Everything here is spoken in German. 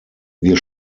wir